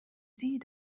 sie